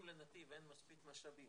אם לנתיב אין מספיק משאבים,